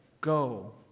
go